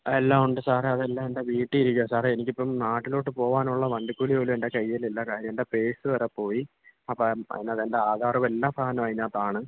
എല്ലാം ഉണ്ട് സാറെ അതെല്ലാം എൻ്റെ വീട്ടിൽ ഇരിക്കുകയാ സാറേ എനിക്കിപ്പം നാട്ടിലോട്ട് പോവാനുള്ള വണ്ടിക്കൂലി പോലും എൻ്റെ കയ്യിലില്ല കാര്യം എൻ്റെ പേഴ്സ് വരെ പോയി അപ്പം അതിനകത്ത് എൻ്റെ ആധാറും എല്ലാ സാധനവും അതിനകത്താണ്